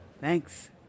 Thanks